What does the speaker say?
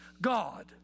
God